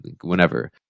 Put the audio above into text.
whenever